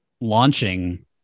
launching